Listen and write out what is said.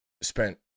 spent